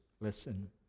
Listen